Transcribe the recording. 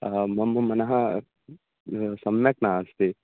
आं मम मनः सम्यक् नास्ति